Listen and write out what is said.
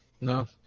No